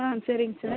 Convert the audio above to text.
சரிங்க சார்